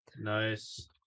Nice